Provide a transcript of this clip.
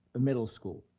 middle school.